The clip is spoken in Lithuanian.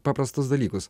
paprastus dalykus